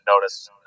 notice